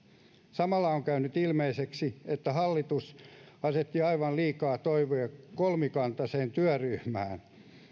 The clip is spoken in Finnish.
samalla on käynyt ilmeiseksi että hallitus asetti aivan liikaa toivoa kolmikantaisiin työryhmiin